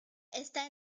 está